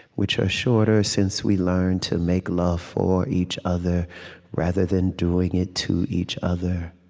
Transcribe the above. which are shorter since we learned to make love for each other rather than doing it to each other.